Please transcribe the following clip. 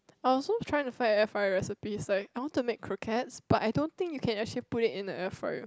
I also trying to find a air fryer recipes like I want to make croquettes but I don't think you can actually put it in a air fryer